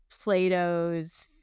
Plato's